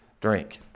drink